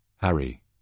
Harry